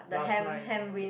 last night